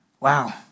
Wow